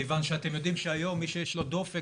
כיוון שאתם יודעים שהיום מי שיש לו דופק